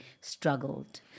struggled